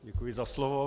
Děkuji za slovo.